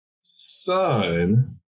son